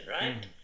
right